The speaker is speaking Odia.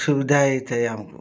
ସୁବିଧା ହେଇଥାଏ ଆମକୁ